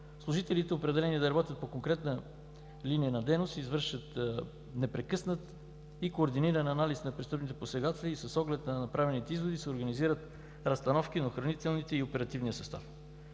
служителите, определени да работят по конкретната линия на дейност, извършват непрекъснат и координиран анализ на престъпните посегателства и с оглед на направените изводи се организират разстановки на охранителния и оперативния състав.